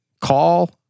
call